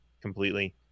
completely